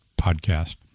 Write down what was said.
podcast